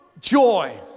joy